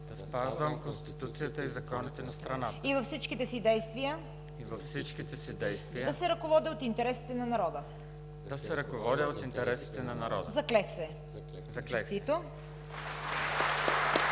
да спазвам Конституцията и законите на страната и във всичките си действия да се ръководя от интересите на народа. Заклех се!“ (Ръкопляскания.)